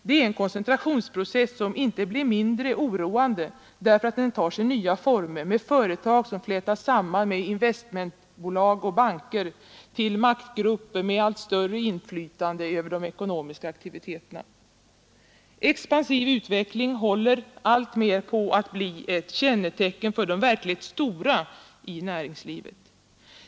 Det är en koncentrationsprocess som inte blir mindre oroande därför att den tar sig nya former, med företag som flätas samman med investmentbolag och banker till maktgrupper med allt större inflytande över de ekonomiska aktiviteterna. Expansiv utveckling håller alltmer på att bli kännetecken för de verkligt stora i näringslivet.